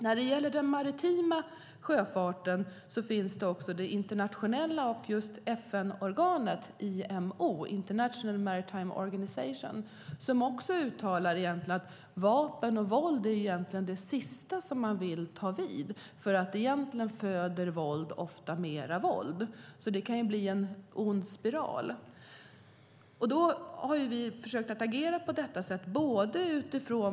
När det gäller den maritima sjöfarten finns det internationella FN-organet IMO, International Maritime Organization, som uttalar att vapen och våld egentligen är det sista man vill ta till. Våld föder ofta mer våld. Det kan bli en ond spiral. Vi har försökt agera.